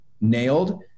nailed